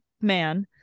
man